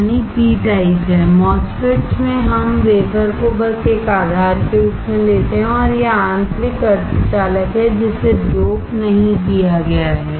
MOSFETs में हम wafer को बस एक आधार के रूप में लेते हैं और यह आंतरिक सेमीकंडक्टर है जिसे डोप नहीं किया गया है